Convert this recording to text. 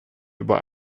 über